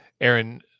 Aaron